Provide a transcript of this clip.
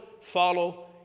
follow